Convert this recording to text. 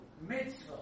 mitzvah